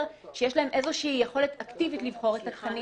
שיש להם איזושהי יכולת אקטיבית לבחור את התכנים.